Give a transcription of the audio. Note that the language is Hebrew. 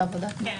כן.